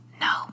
No